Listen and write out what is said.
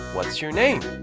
what's your name?